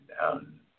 down